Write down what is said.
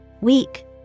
Weak